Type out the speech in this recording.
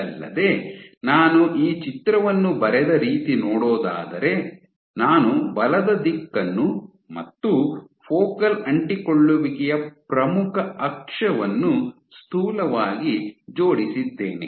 ಇದಲ್ಲದೆ ನಾನು ಈ ಚಿತ್ರವನ್ನು ಬರೆದ ರೀತಿ ನೋಡೋದಾದರೆ ನಾನು ಬಲದ ದಿಕ್ಕನ್ನು ಮತ್ತು ಫೋಕಲ್ ಅಂಟಿಕೊಳ್ಳುವಿಕೆಯ ಪ್ರಮುಖ ಅಕ್ಷವನ್ನು ಸ್ಥೂಲವಾಗಿ ಜೋಡಿಸಿದ್ದೇನೆ